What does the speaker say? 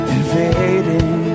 Invading